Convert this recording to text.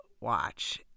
watch